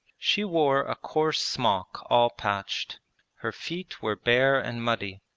she wore a coarse smock all patched her feet were bare and muddy,